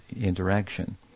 interaction